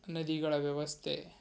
ನದಿಗಳ ವ್ಯವಸ್ಥೆ